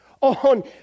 on